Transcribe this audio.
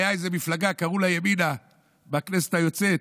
הייתה איזו מפלגה שקראו לה ימינה בכנסת היוצאת,